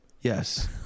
Yes